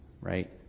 right